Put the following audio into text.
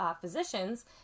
physicians